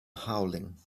howling